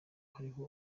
hariho